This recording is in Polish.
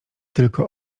tylko